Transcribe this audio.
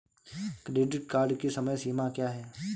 Credit card की समय सीमा क्या है?